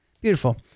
Beautiful